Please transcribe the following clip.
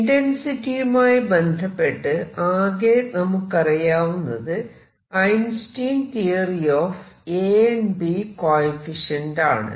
ഇന്റെന്സിറ്റിയുമായി ബന്ധപ്പെട്ട് ആകെ നമുക്കറിയാവുന്നത് Einstein theory of A B coefficient ആണ്